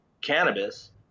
cannabis